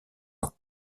ans